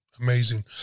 Amazing